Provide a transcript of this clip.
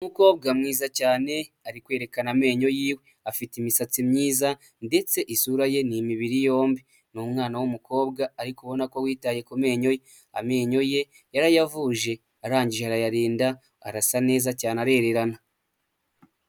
Umukobwa mwiza cyane ari kwerekana amenyo yiwe, afite imisatsi myiza ndetse isura ye ni imibiri yombi, ni umwana w'umukobwa ariko ubona ko witaye ku menyo ye, amenyo ye yarayavuje arangije arayarinda, arasa neza cyane arererana.